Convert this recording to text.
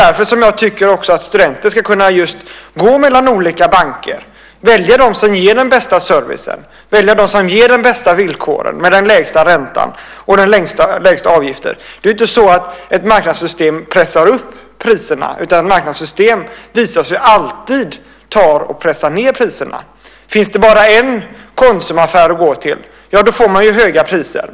Därför tycker jag att studenter ska kunna gå mellan olika banker och välja den som ger den bästa servicen, de bästa villkoren med den lägsta räntan och de lägsta avgifterna. Ett marknadssystem pressar ju inte upp priserna. Ett marknadssystem visar sig alltid pressa ned priserna. Finns det bara en Konsumaffär att gå till får man ju höga priser.